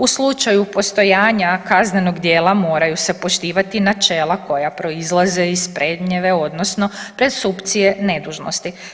U slučaju postojanja kaznenog djela moraju se poštivati načela koja proizlaze iz prednijeve odnosno presumpcije nedužnosti.